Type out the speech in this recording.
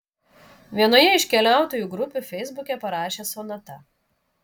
vienoje iš keliautojų grupių feisbuke parašė sonata